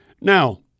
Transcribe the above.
Now